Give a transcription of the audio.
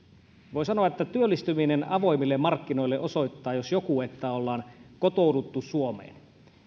voi sanoa että työllistyminen avoimille markkinoille jos jokin osoittaa että ollaan kotouduttu suomeen